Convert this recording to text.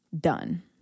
done